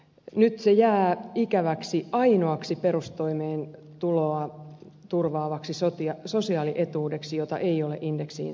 nyt se jää ainoaksi ikäväksi perustoimeentuloa turvaavaksi sosiaalietuudeksi jota ei ole indeksiin sidottu